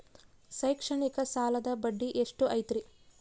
ಶೈಕ್ಷಣಿಕ ಸಾಲದ ಬಡ್ಡಿ ದರ ಎಷ್ಟು ಐತ್ರಿ?